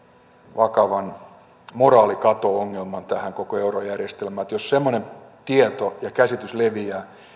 vakavan moraalikato ongelman koko tähän eurojärjestelmään jos semmoinen tieto ja käsitys leviää